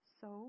So